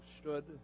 stood